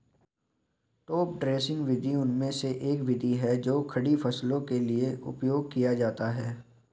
top dressing विधि उनमें से एक विधि है जो खड़ी फसलों के लिए उपयोग किया जाता है